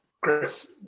Chris